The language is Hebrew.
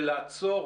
ולעצור